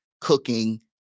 cooking